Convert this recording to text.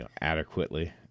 adequately